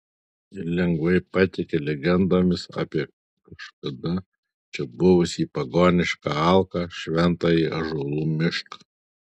ir lengvai patiki legendomis apie kažkada čia buvusį pagonišką alką šventąjį ąžuolų mišką